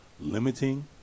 Limiting